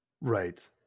Right